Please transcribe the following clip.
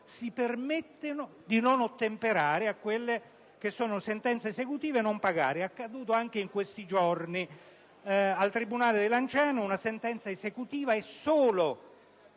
si permettono di non ottemperare alle sentenze esecutive e a non pagare. È accaduto in questi giorni al tribunale di Lanciano: per una sentenza esecutiva, solo